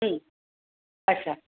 अच्छा